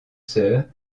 sœurs